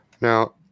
Now